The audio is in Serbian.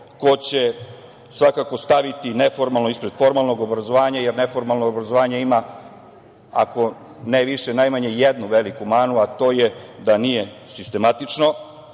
ko će svakako staviti neformalno ispred formalnog obrazovanja, jer neformalno obrazovanje ima, ako ne više, najmanje jednu veliku manu, a to je da nije sistematično,